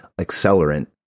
accelerant